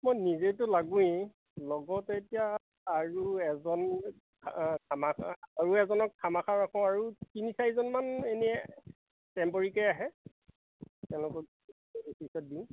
মই নিজেইেতো লাগোৱেই লগত এতিয়া আৰু আৰু এজনক ৰাখোঁ আৰু তিনি চাৰিজনমান এনেই টেম্পৰিকে আহে তেওঁলোকৰ